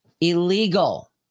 Illegal